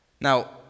now